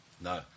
No